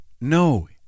No